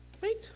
Wait